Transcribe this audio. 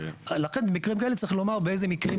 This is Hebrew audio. ולכן במקרים כאלה צריך לומר באיזה מקרים